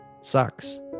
sucks